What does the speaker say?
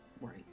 right